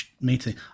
meeting